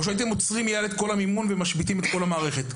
שהייתם עוצרים את המימון ומשביתים מיד את כל המערכת?